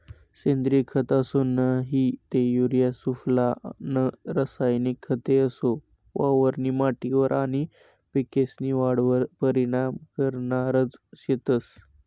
सेंद्रिय खत असो नही ते युरिया सुफला नं रासायनिक खते असो वावरनी माटीवर आनी पिकेस्नी वाढवर परीनाम करनारज शेतंस